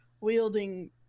wielding